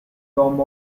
tomb